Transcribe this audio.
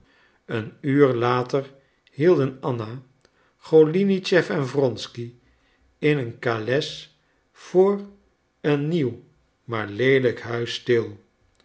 een uur later hielden anna golinitschef en wronsky in een kales voor een nieuw maar leelijk huis stil